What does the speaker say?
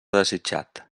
desitjat